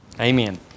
Amen